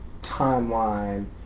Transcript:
timeline